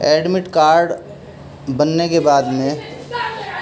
admit card بننے کے بعد میں